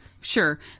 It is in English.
Sure